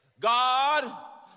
God